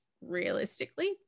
realistically